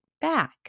back